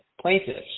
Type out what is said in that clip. plaintiffs